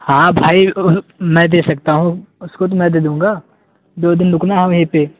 ہاں بھائی میں دے سکتا ہوں اس کو تو میں دے دوں گا دو دن رکنا ہے وہیں پہ